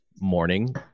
morning